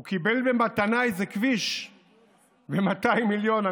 הוא קיבל במתנה איזה כביש ב-200 מיליון.